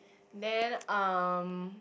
then um